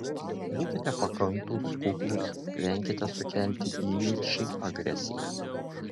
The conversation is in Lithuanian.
būkite pakantūs kuklūs venkite sukelti įniršį agresiją